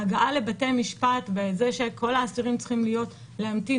ההגעה לבתי משפט וזה שכל האסירים צריכים להמתין